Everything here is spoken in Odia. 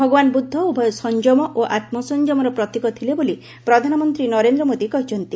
ଭଗବାନ୍ ବୁଦ୍ଧ ଉଭୟ ସଂଯମ ଓ ଆତ୍କସଂଯମର ପ୍ରତୀକ ଥିଲେ ବୋଲି ପ୍ରଧାନମନ୍ତୀ ନରେନ୍ଦ୍ର ମୋଦି କହିଛନ୍ତି